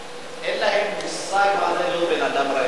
אין להם מושג מה זה להיות בן-אדם רעב.